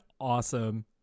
awesome